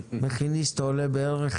מכיניסט עולה בערך